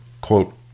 quote